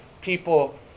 people